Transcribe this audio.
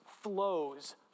flows